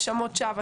האשמות שווא,